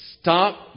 stop